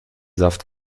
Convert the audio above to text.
saft